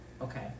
Okay